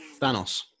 Thanos